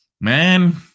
Man